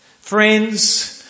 Friends